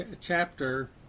chapter